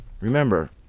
Remember